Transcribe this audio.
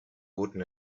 guten